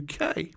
UK